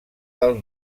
del